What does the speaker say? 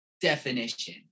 definition